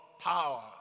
power